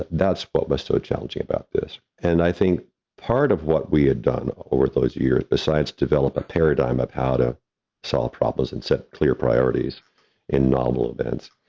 that's what was so challenging about this. and i think part of what we had done over those years besides develop a paradigm of how to solve problems and set clear priorities in novel events,